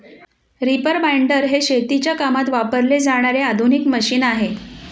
reaper binder हे शेतीच्या कामात वापरले जाणारे आधुनिक मशीन आहे